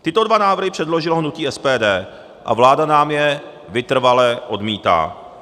Tyto dva návrhy předložilo hnutí SPD a vláda nám je vytrvale odmítá.